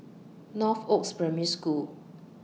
Northoaks Primary School